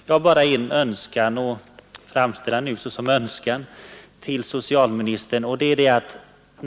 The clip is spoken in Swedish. Jag har bara en önskan att framföra till socialministern.